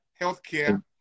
healthcare